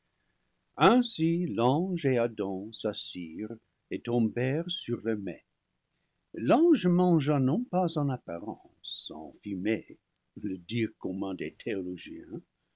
ainsi l'ange et adam s'assirent et tombèrent sur leurs mets l'ange mangea non pas en apparence en fumée le dire